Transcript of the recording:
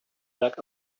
luck